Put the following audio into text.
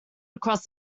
across